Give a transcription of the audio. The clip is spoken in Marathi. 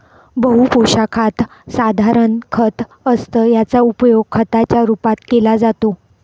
बहु पोशाखात साधारण खत असतं याचा उपयोग खताच्या रूपात केला जातो